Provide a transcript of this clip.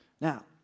Now